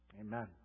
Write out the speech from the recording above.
Amen